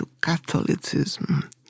Catholicism